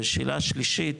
ושאלה שלישית,